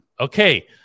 Okay